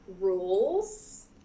rules